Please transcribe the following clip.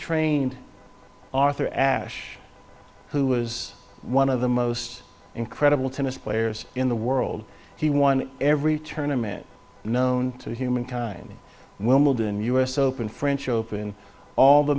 trained arthur ashe who was one of the most incredible tennis players in the world he won every turn a man known to humankind wimbledon u s open french open all the